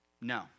No